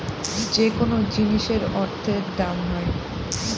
যেকোনো জিনিসের অর্থের দাম হয়